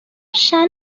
شأن